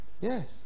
yes